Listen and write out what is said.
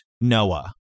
Noah